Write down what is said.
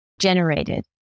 generated